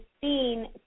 seen